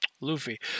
Luffy